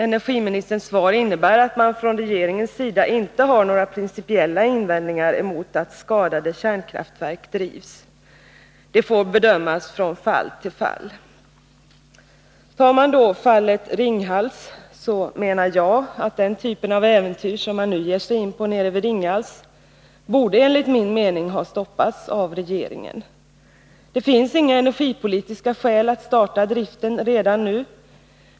Det innebär att energiministern inte har några principiella invändningar mot att skadade kärnkraftverk drivs. Det får bedömas från fall till fall. För att då ta fallet Ringhals menar jag att den typ av äventyr som man nu ger sig in på borde ha stoppats av regeringen. Det finns inga energipolitiska skäl att starta driften redan nu.